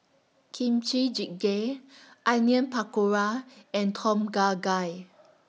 Kimchi Jjigae Onion Pakora and Tom Kha Gai